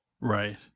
Right